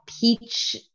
peach